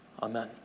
Amen